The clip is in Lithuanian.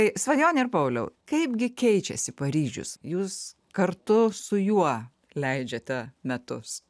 tai svajone ir pauliau kaipgi keičiasi paryžius jūs kartu su juo leidžiate metus